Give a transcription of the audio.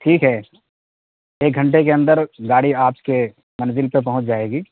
ٹھیک ہے ایک گھنٹے کے اندر گاڑی آپ کے منزل پہ پہنچ جائے گی